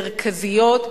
מרכזיות,